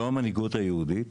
לא המנהיגות היהודית